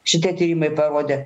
šitie tyrimai parodė